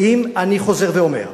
ואם, אני חוזר ואומר,